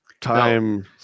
time